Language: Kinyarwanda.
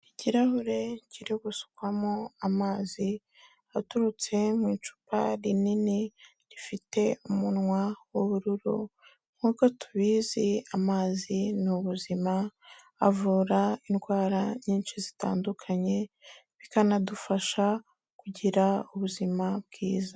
Ikirahure kiri gusukwamo amazi aturutse mu icupa rinini rifite umunwa w'ubururu nk'uko tubizi amazi ni ubuzima, avura indwara nyinshi zitandukanye bikanadufasha kugira ubuzima bwiza.